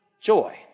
joy